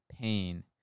pain